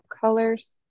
colors